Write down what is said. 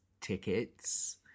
tickets